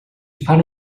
fan